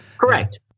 correct